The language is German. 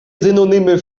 synonyme